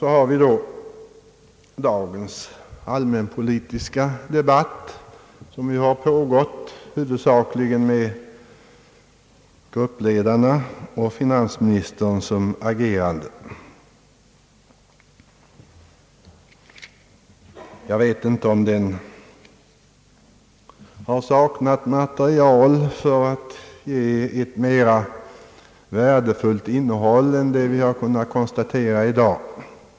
Så har vi då dagens allmänpolitiska debatt, som har pågått huvudsakligen med gruppledarna och finansministern som agerande. Jag vet inte om det saknats material till ett mera värdefullt innehåll än vi har kunnat konstatera i dag.